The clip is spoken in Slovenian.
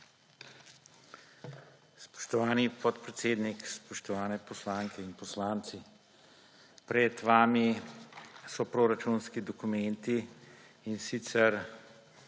Spoštovani podpredsednik, spoštovane poslanke in poslanci! Pred vami so proračunski dokumenti, in sicer